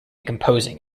composing